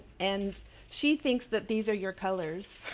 and she thinks that these are your colors.